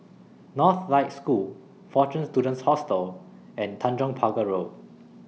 Northlight School Fortune Students Hostel and Tanjong Pagar Road